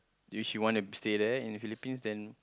if she want to stay there in the Philippines then